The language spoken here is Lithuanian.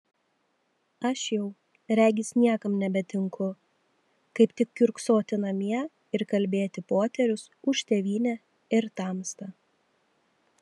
aš jau regis niekam nebetinku kaip tik kiurksoti namie ir kalbėti poterius už tėvynę ir tamstą